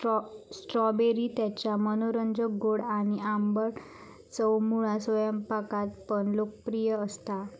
strawberry त्याच्या मनोरंजक गोड आणि आंबट चवमुळा स्वयंपाकात पण लोकप्रिय असता